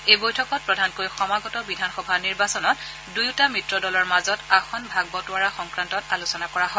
এই বৈঠকত প্ৰধানকৈ সমাগত বিধানসভা নিৰ্বাচনত দুয়োটা মিত্ৰদলৰ মাজত আসন ভাগ বটোৱাৰাৰ সংক্ৰান্তত আলোচনা কৰা হয়